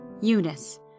Eunice